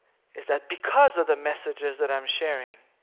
is that because of the messages that i'm sharing,